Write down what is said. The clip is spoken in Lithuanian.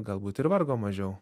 galbūt ir vargo mažiau